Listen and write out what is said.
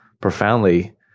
profoundly